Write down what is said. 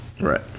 Right